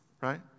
right